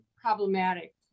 problematic